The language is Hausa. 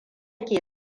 ke